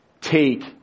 Take